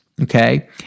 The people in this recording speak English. Okay